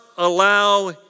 allow